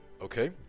okay